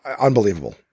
unbelievable